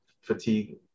fatigue